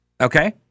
Okay